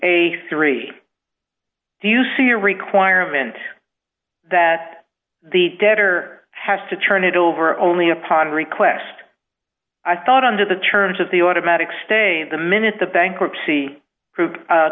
a three do you see a requirement that the debtor has to turn it over only upon request i thought under the terms of the automatic stay the minute the bankruptcy